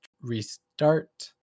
restart